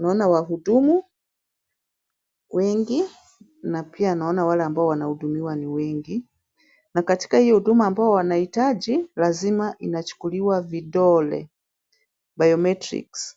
Naona wahudumu wengi, na pia mnaona wale ambao wanahudumiwa ni wengi. Na katika hiyo huduma ambayo wanahitaji, lazima inachukuliwa vidole, biometrics ,